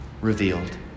revealed